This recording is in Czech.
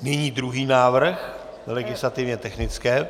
Nyní druhý návrh legislativně technické.